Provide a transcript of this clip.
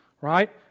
right